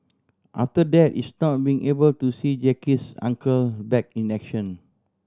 after that is not being able to see Jackie's Uncle back in action